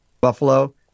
Buffalo